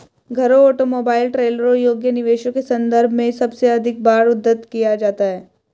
घरों, ऑटोमोबाइल, ट्रेलरों योग्य निवेशों के संदर्भ में सबसे अधिक बार उद्धृत किया जाता है